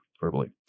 verbally